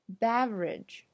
beverage